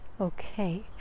okay